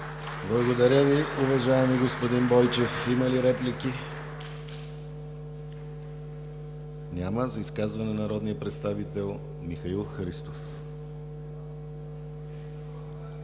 Благодаря Ви, уважаеми господин Бойчев. Има ли реплики? Няма. За изказване – народният представител Михаил Христов.